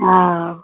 हँ